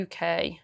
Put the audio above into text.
UK